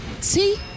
see